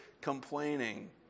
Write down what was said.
complaining